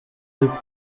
uku